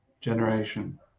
generation